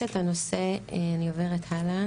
יש את הנושא של